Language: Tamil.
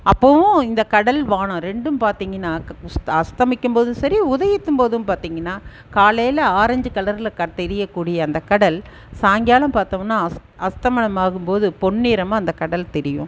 அப்பவும் இந்த கடல் வானம் ரெண்டும் பார்த்திங்கினா க உஸ் அஸ்தமிக்கும் போது சரி உதயத்தும் போது பார்த்திங்கனா காலையில ஆரஞ்சு கலரில் கர் தெரியக்கூடிய அந்த கடல் சாயங்காலம் பார்த்தோம்னா அஸ் அஸ்தமனம் ஆகும்போது பொன்னிறமாக அந்த கடல் தெரியும்